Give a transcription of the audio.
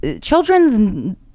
Children's